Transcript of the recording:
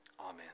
Amen